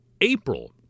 April